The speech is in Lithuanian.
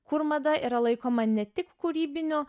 kur mada yra laikoma ne tik kūrybiniu